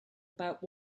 about